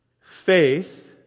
faith